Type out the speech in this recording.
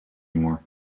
more